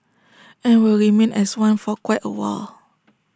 and will remain as one for quite A while